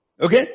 okay